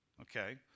Okay